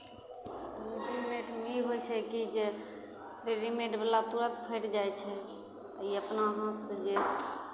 रेडीमेडमे ई होइ छै कि जे रेडीमेडवला तुरन्त फाटि जाइ छै ई अपना हाथसँ जे